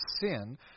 sin